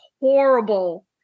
horrible